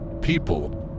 People